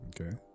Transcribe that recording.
Okay